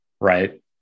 right